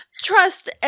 Trust